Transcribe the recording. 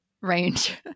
range